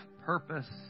purpose